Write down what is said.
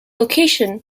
location